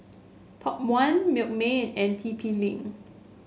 Top One Milkmaid and T P Link